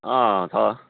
अँ छ